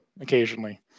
occasionally